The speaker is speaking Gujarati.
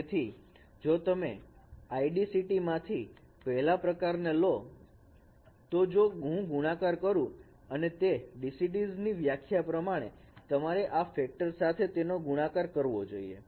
તેથી જો તમે I DCT માંથી પહેલા પ્રકારને લો તો જો હું ગુણાકાર કરું અને તે DCTs ની વ્યાખ્યા પ્રમાણે તમારે આ ફેક્ટર સાથે તેનો ગુણાકાર કરવો જોઈએ